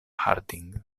harding